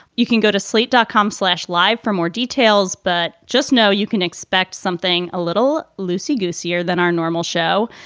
you can go to sleep, dot com slash live for more details. but just know you can expect something a little lucy gousse here than our normal show.